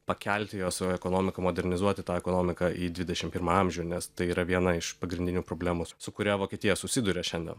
pakelti jos ekonomiką modernizuoti tą ekonomiką į dvidešimt pirmą amžių nes tai yra viena iš pagrindinių problemų su kuria vokietija susiduria šiandien